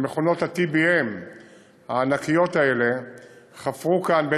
שמכונות ה-TBM הענקיות האלה חפרו כאן,